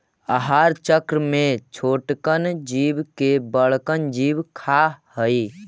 आहार चक्र में छोटकन जीव के बड़कन जीव खा हई